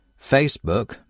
Facebook